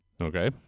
Okay